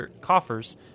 coffers